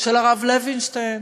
של הרב לוינשטיין,